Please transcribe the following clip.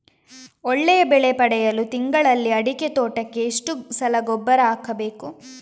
ಒಳ್ಳೆಯ ಬೆಲೆ ಪಡೆಯಲು ತಿಂಗಳಲ್ಲಿ ಅಡಿಕೆ ತೋಟಕ್ಕೆ ಎಷ್ಟು ಸಲ ಗೊಬ್ಬರ ಹಾಕಬೇಕು?